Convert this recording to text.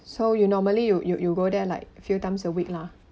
so you normally you you you go there like few times a week lah